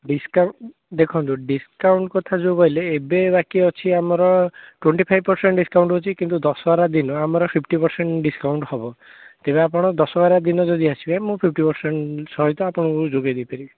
discount ଦେଖନ୍ତୁ discount କଥା ଯେଉଁ କହିଲେ ଏବେ ବାକି ଅଛି ଆମର ଟ୍ୱେଣ୍ଟି ଫାଇବ୍ ପରସେଣ୍ଟ ଡିସ୍କାଉଣ୍ଟ ଅଛି କିନ୍ତୁ ଦଶହରା ଦିନ ଆମର ଫିଫ୍ଟି ପରସେଣ୍ଟ ଡିସ୍କାଉଣ୍ଟ ହବ ତେବେ ଆପଣ ଦଶହରା ଦିନ ଯଦି ଆସିବେ ମୁଁ ଫିଫ୍ଟି ପରସେଣ୍ଟ ସହିତ ଆପଣଙ୍କୁ ଯୋଗାଇ ଦେଇପାରିବି